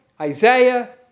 Isaiah